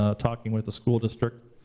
ah talking with the school district,